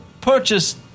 purchase